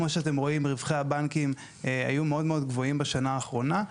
כמו שאתם רואים רווחי הבנקים היו מאוד מאוד גבוהים בשנה האחרונה.